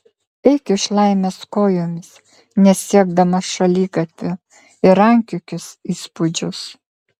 eik iš laimės kojomis nesiekdamas šaligatvio ir rankiokis įspūdžius